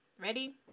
ready